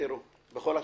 בכל הכבוד,